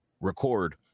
record